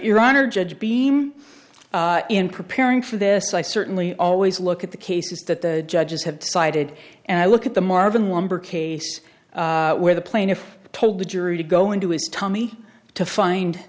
honor judge beam in preparing for this i certainly always look at the cases that the judges have decided and i look at the marvin lumber case where the plaintiff told the jury to go into his tummy to find